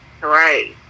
Right